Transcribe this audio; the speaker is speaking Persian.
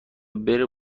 بره